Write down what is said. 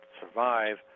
survive